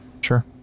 Sure